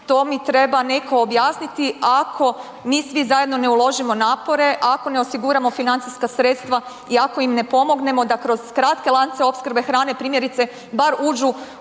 to mi neko treba objasniti. Ako mi svi ne uložimo napore, ako ne osiguramo financijska sredstva i ako im ne pomognemo da kroz kratke lance opskrbe hrane primjerice bar uđu